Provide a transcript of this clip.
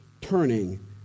turning